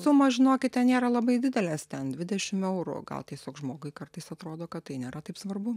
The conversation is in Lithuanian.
sumos žinokite nėra labai didelės ten dvidešim eurų gal tiesiog žmogui kartais atrodo kad tai nėra taip svarbu